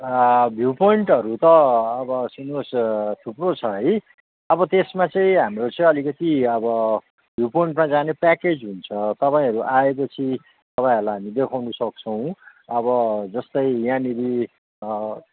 view पोइन्टहरू त अब सुन्नुहोस् थुप्रो छ है अब त्यसमा चाहिँ हाम्रो चाहिँ अलिकति अब भ्यु पोइन्टमा जाने प्याकेज हुन्छ तपाईँहरू आएपछि तपाईँहरूलाई हामी देखाउनु सक्छौँ अब जस्तै यहाँनिर